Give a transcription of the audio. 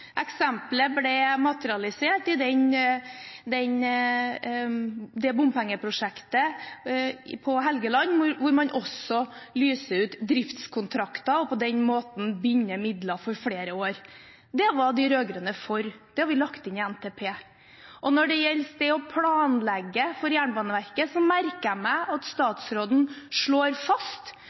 det bompengeprosjektet på Helgeland hvor man også lyser ut driftskontrakter og på den måten binder midler for flere år. Det var de rød-grønne for. Det har vi lagt inn i NTP. Når det gjelder det å planlegge for Jernbaneverket, merker jeg meg at statsråden slår fast